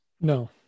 No